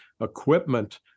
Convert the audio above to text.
equipment